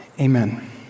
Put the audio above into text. Amen